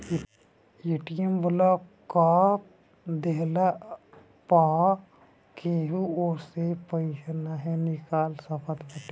ATM block कअ देहला पअ केहू ओसे पईसा नाइ निकाल सकत बाटे